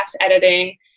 editing